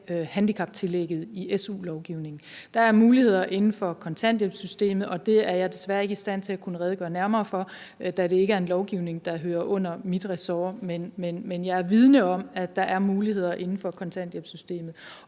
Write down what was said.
handicaptillægget i SU-lovgivningen. Der er muligheder inden for kontanthjælpssystemet, og det er jeg desværre ikke i stand til at redegøre nærmere for, da det ikke er en lovgivning, der hører under mit ressort. Men jeg er vidende om, at der er muligheder inden for kontanthjælpssystemet.